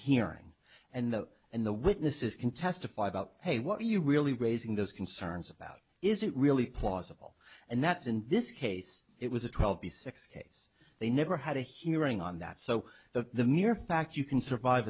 hearing and the and the witnesses can testify about hey what are you really raising those concerns about is it really plausible and that's in this case it was a twelve b six case they never had a hearing on that so the mere fact you can survive